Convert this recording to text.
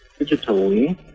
Digitally